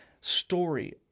story